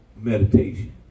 meditation